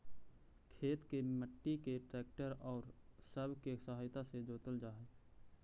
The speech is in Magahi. खेत के मट्टी के ट्रैक्टर औउर सब के सहायता से जोतल जा हई